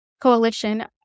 coalition